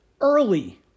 early